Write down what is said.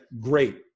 great